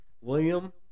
William